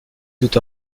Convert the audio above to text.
tout